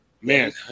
Man